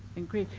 in crete.